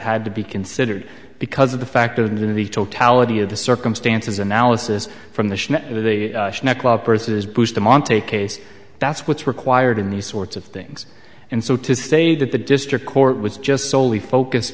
had to be considered because of the fact of the totality of the circumstances analysis from the purses bustamante case that's what's required in these sorts of things and so to say that the district court was just solely focused